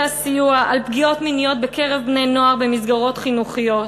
הסיוע על פגיעות מיניות בקרב בני-נוער במסגרת חינוכיות.